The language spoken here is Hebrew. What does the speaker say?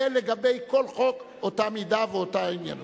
לגבי כל חוק, אותה מידה ואותו עניין.